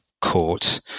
Court